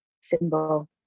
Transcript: symbol